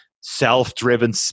self-driven